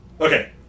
Okay